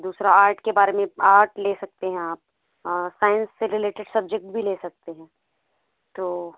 दूसरा आर्ट के बारे में आर्ट ले सकते हैं आप साइंस से रिलेटेड सब्जेक्ट भी ले सकते हैं तो